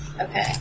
Okay